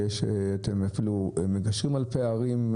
ושאתם אפילו מגשרים על פערים,